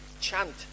chant